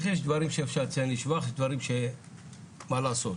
יש דברים שאפשר לציין לשבח, ויש דברים שמה לעשות,